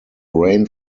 rain